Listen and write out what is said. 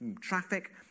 traffic